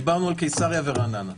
דיברנו על קיסריה ורעננה.